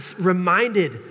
reminded